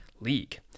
league